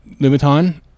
louboutin